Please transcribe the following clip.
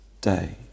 day